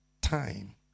time